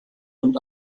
und